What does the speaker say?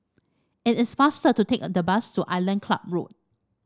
it is faster to take the bus to Island Club Road